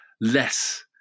less